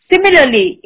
Similarly